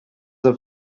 auf